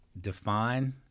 define